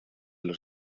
los